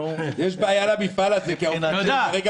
אבנר,